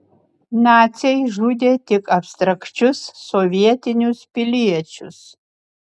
naciai žudė tik abstrakčius sovietinius piliečius